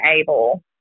able